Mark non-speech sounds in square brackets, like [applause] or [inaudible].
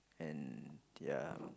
and ya [breath]